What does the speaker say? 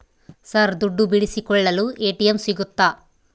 Sir ದುಡ್ಡು ಬಿಡಿಸಿಕೊಳ್ಳಲು ATM ಸಿಗುತ್ತಾ?